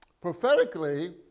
Prophetically